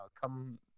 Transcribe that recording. come